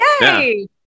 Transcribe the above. Yay